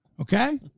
Okay